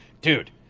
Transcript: dude